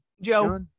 Joe